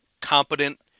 competent